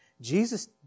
Jesus